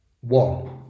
One